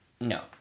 No